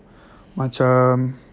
macam